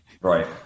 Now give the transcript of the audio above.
Right